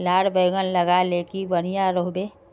लार बैगन लगाले की बढ़िया रोहबे?